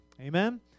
Amen